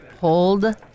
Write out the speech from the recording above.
hold